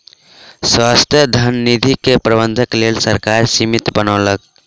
स्वायत्त धन निधि के प्रबंधनक लेल सरकार समिति बनौलक